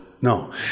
No